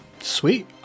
Sweet